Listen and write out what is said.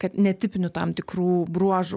kad netipinių tam tikrų bruožų